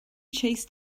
chase